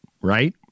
right